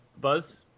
Buzz